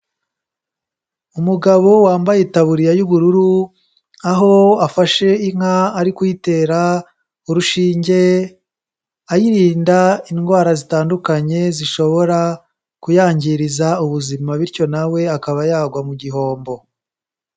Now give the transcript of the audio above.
Umugabo wambaye itaburiya y'ubururu aho afashe inka ari kuyitera urushinge, ayirinda indwara zitandukanye zishobora kuyangiriza ubuzima, bityo nawe akaba yagwa mu gihombo.